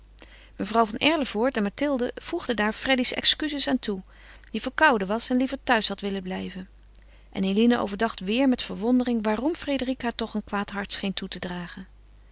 mevrouw van erlevoort en mathilde voegden daar freddy's excuses aan toe die verkouden was en liever thuis had willen blijven en eline overdacht weêr met verwondering waarom frédérique haar toch een kwaad hart scheen toe te dragen